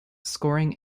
scoring